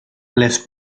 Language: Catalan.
les